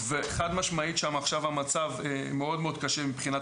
וחד-משמעית עכשיו המצב שם מאוד מאוד קשה מבחינת